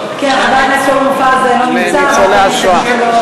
הרווחה והשירותים (שירות ייעוץ לאזרח,